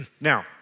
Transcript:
Now